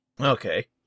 Okay